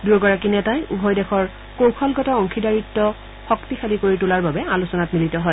দুয়োগৰাকী নেতাই উভয় দেশৰ কৌশলগত অংশীদাৰিত শক্তিশালী কৰি তোলাৰ বাবে আলোচনাত মিলিত হয়